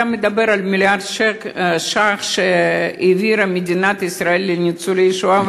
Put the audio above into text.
אתה מדבר על מיליארד שקל שהעבירה מדינת ישראל לניצולי שואה,